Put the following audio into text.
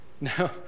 No